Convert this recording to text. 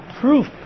proof